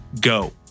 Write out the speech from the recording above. Go